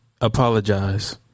apologize